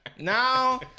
Now